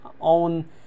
own